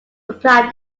replied